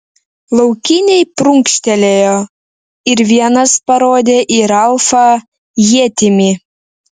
laukiniai prunkštelėjo ir vienas parodė į ralfą ietimi